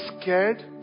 scared